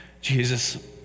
Jesus